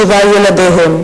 את שבעת ילדיהם.